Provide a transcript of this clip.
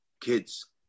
kids